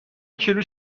کیلو